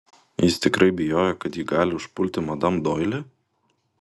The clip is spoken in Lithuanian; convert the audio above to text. jis tikrai bijojo kad ji gali užpulti madam doili